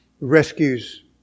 rescues